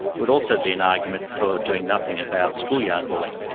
would also be an argument for doing nothing about schoolyard bullying.